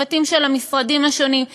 צוותים של המשרדים השונים,